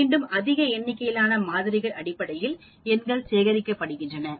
மீண்டும்அதிக எண்ணிக்கையிலான மாதிரிகளின் அடிப்படையில் எண்கள் சேகரிக்கப்படுகின்றன